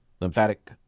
lymphatic